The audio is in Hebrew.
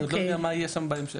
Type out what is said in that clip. אני עוד לא יודע מה יהיה שם בהמשך.